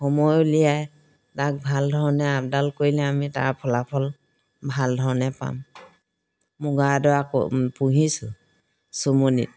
সময় উলিয়াই তাক ভাল ধৰণে আপডাল কৰিলে আমি তাৰ ফলাফল ভাল ধৰণে পাম মুগা ধৰা পুহিছোঁ চুমনিত